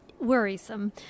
worrisome